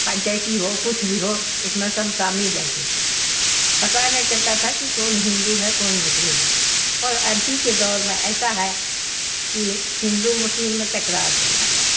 پنچیتی ہو کچھ بھی ہو اس میں سم شامل رہتے تھیں پتہ نہیں چلتا تھا کہ کون ہندو ہے کون مسلم ہے اور ابھی کے دور میں ایسا ہے کہ ہندو مسلم میں تکرار چل رہا ہے